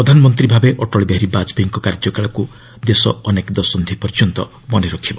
ପ୍ରଧାନମନ୍ତ୍ରୀ ଭାବେ ଅଟଳବିହାରୀ ବାଜପେୟୀଙ୍କ କାର୍ଯ୍ୟକାଳକୁ ଦେଶ ଅନେକ ଦଶନ୍ଧି ପର୍ଯ୍ୟନ୍ତ ମନେ ରଖିବ